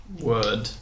Word